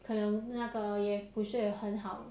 可能那个也不是很好